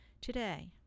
Today